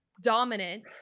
dominant